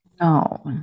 No